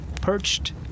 perched